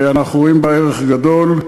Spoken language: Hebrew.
אנחנו רואים בה ערך גדול.